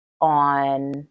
on